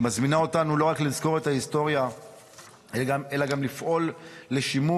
היא מזמינה אותנו לא רק לזכור את ההיסטוריה אלא גם לפעול לשימור,